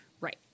Right